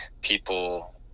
people